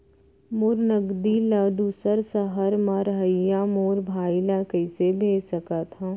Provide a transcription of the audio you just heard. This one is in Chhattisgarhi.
मोर नगदी ला दूसर सहर म रहइया मोर भाई ला कइसे भेज सकत हव?